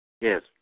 Yes